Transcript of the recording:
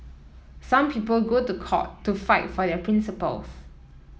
some people go to court to fight for their principles